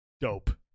dope